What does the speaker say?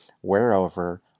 wherever